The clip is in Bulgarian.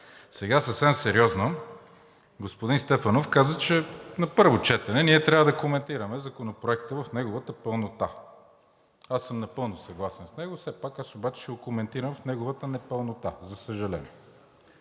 Сега съвсем сериозно. Господин Стефанов каза, че на първо четене ние трябва да коментираме Законопроекта в неговата пълнота. Напълно съм съгласен с него. Все пак обаче ще го коментирам в неговата непълнота, за съжаление.